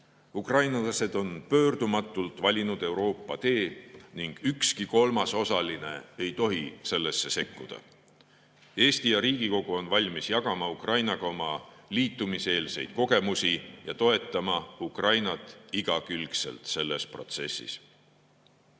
Ukrainlased on pöördumatult valinud Euroopa tee ning ükski kolmas osaline ei tohi sellesse sekkuda. Eesti ja Riigikogu on valmis jagama Ukrainaga oma liitumiseelseid kogemusi ja toetama Ukrainat igakülgselt selles protsessis. Sõja